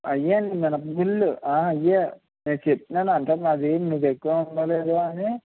అవేండి మినపగుళ్ళు ఆ అవే నేను చెప్తున్నాను అర్థం అది మీ దగ్గర ఉందో లేదో అని